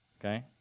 Okay